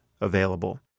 available